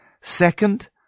Second